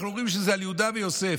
אנחנו אומרים שזה על יהודה ויוסף.